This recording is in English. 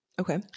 Okay